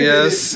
Yes